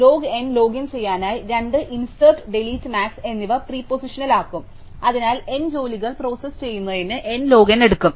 log N login ചെയ്യാനായി രണ്ട് insert delete max എന്നിവ പ്രീപോസിഷണൽ ആകും അതിനാൽ N ജോലികൾ പ്രോസസ്സ് ചെയ്യുന്നതിന് N ലോഗ് N എടുക്കും